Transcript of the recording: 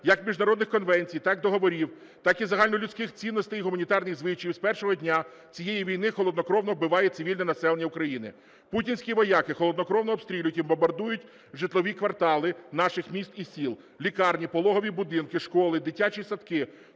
як міжнародних конвенцій, так і договорів, так і загальнолюдських цінностей і гуманітарних звичаїв з першого дня цієї війни холоднокровно вбиває цивільне населення України. Путінські вояки холоднокровно обстрілюють і бомбардують житлові квартали наших міст і сіл, лікарні, пологові будинки, школи, дитячі садки,